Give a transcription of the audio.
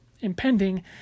impending